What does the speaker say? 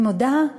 אני מודה: